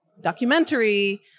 documentary